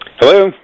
Hello